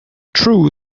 true